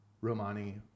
Romani